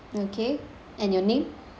okay and your name